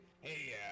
hey